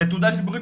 זו תעודת ציבורית,